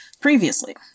previously